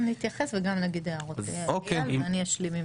גם נתייחס וגם נגיד הערות, אייל ואני אשלים.